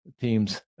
teams